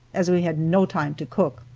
as we had no time to cook.